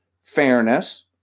fairness